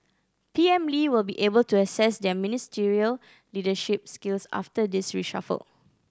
P M Lee will be able to assess their ministerial leadership skills after this reshuffle